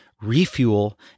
refuel